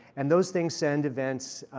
and those things send events.